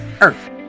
earth